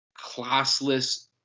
classless